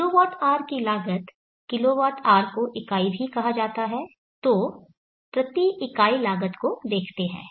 kHW की लागत kHW को इकाई भी कहा जाता है तो प्रति इकाई लागत को देखते हैं